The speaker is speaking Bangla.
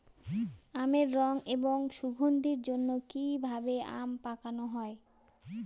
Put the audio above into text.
আমের রং এবং সুগন্ধির জন্য কি ভাবে আম পাকানো হয়?